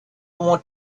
want